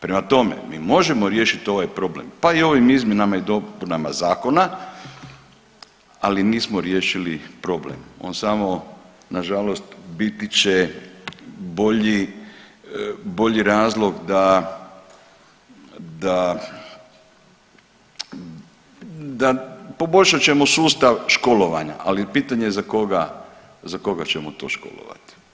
Prema tome, mi možemo riješiti ovaj problem, pa i ovim izmjenama i dopunama i zakona, ali nismo riješili problem, on samo nažalost biti će bolji, bolji razlog da, da, da poboljšat ćemo sustav školovanja, ali pitanje za koga, za koga ćemo to školovati.